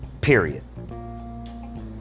Period